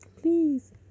please